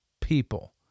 people